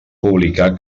publicar